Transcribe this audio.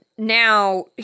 Now